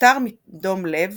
נפטר מדום לב